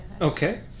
Okay